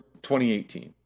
2018